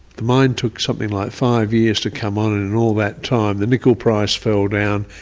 the mine took something like five years to come on and in all that time the nickel price fell down,